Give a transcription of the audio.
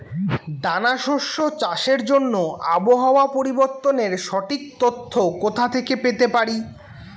দানা শস্য চাষের জন্য আবহাওয়া পরিবর্তনের সঠিক তথ্য কোথা থেকে পেতে পারি?